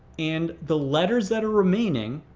and the letters that are remaining,